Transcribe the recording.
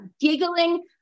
giggling